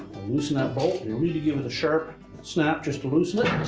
loosen that bolt. you'll need to give it a sharp snap just to loosen it.